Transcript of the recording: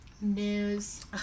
News